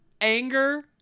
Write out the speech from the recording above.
anger